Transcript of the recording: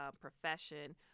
profession